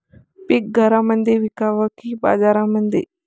पीक घरामंदी विकावं की बाजारामंदी?